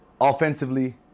Offensively